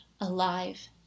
alive